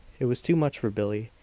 it was too much for billie.